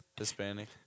Hispanic